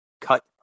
cut